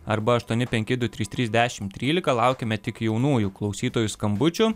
arba aštuoni penki du trys trys dešimt trylika laukiame tik jaunųjų klausytojų skambučių